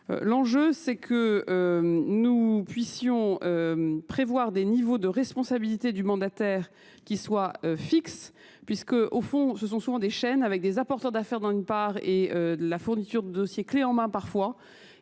L'enjeu c'est que nous puissions prévoir des niveaux de responsabilité du mandataire qui soient fixes, puisque au fond ce sont souvent des chaînes avec des apporteurs d'affaires dans une part et la fourniture de dossier clé en main parfois.